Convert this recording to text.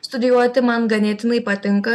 studijuoti man ganėtinai patinka